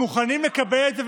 מוכנים לקבל את זה,